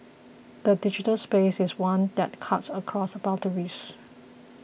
the digital space is one that cuts across boundaries